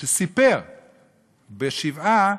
שסיפר בשבעה,